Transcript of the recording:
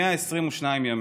122 ימים.